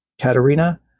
Katerina